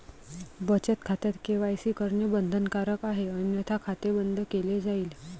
बचत खात्यात के.वाय.सी करणे बंधनकारक आहे अन्यथा खाते बंद केले जाईल